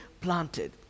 planted